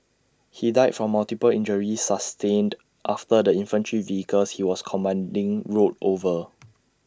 he died from multiple injuries sustained after the infantry vehicle he was commanding rolled over